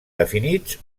definits